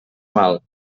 mal